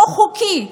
לא חוקי,